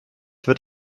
wird